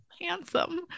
handsome